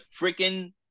freaking